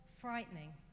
frightening